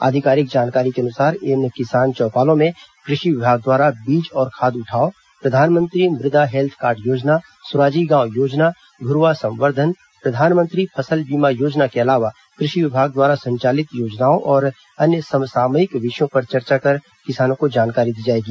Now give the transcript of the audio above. आधिकारिक जानकारी के अनुसार इन किसान चौपालों में कृषि विभाग द्वारा बीज और खाद उठाव प्रधानमंत्री मृदा हेल्थ कार्ड योजना सुराजी गांव योजना घुरूवा संवर्धन प्रधानमंत्री फसल बीमा योजना के अलावा कृषि विभाग द्वारा संचालित योजनाओं और अन्य समसामयिक विषयों पर चर्चा कर किसानों को जानकारी दी जाएगी